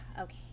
okay